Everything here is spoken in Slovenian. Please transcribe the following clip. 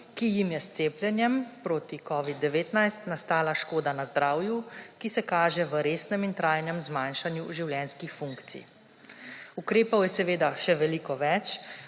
ki jim je s cepljenjem proti covidu-19 nastala škoda na zdravju, ki se kaže v resnem in trajnem zmanjšanju življenjskih funkcij. Ukrepov je seveda še veliko več,